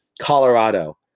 Colorado